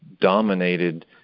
dominated